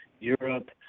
Europe